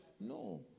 No